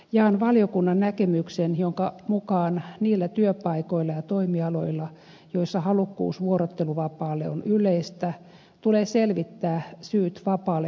jaan valiokunnan näkemyksen jonka mukaan niillä työpaikoilla ja toimialoilla joilla halukkuus vuorotteluvapaalle on yleistä tulee selvittää syyt vapaalle hakeutumiseen